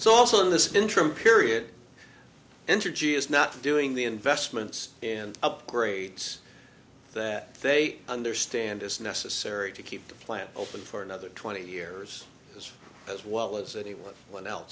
so also in this interim period entergy is not doing the investments and upgrades that they understand it's necessary to keep the plant open for another twenty years as well as anyone one else